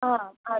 ആ അതെ